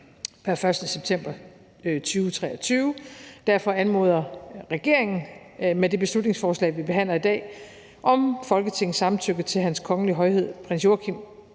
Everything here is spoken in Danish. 1. september 2023, og derfor anmoder regeringen med det beslutningsforslag, vi behandler i dag, om Folketingets samtykke til, at Hans Kongelige Højhed Prins Joachim